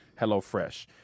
HelloFresh